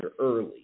early